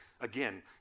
Again